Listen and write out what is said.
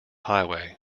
highway